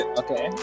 okay